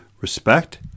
Respect